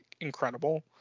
incredible